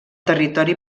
territori